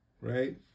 right